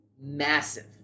Massive